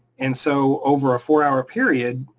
and so over a four hour period,